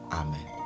amen